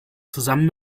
zusammen